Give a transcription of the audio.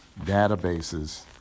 databases